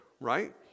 right